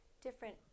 different